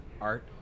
art